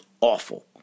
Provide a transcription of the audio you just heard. awful